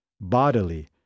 bodily